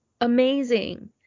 amazing